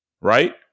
Right